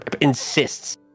insists